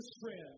friend